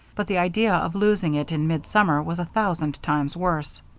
but the idea of losing it in midsummer was a thousand times worse.